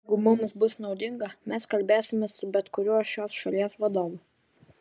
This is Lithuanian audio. jeigu mums bus naudinga mes kalbėsimės su bet kuriuo šios šalies vadovu